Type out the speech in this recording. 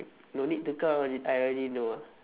no need to count I alre~ already know ah